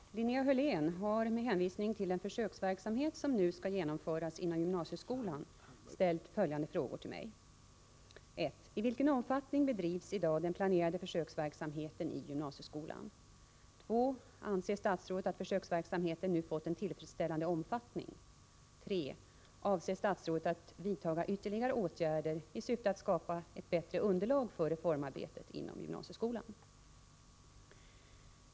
Herr talman! Linnea Hörlén har med hänvisning till den försöksverksamhet som nu skall genomföras inom gymnasieskolan ställt följande frågor till mig. 2. Anser statsrådet att försöksverksamheten nu fått en tillfredsställande omfattning? 3. Avser statsrådet att vidta ytterligare åtgärder i syfte att skapa ett bättre underlag för reformarbetet inom gymnasieskolan?